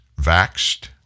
vaxxed